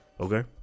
Okay